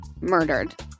murdered